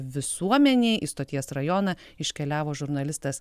visuomenei į stoties rajoną iškeliavo žurnalistas